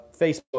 Facebook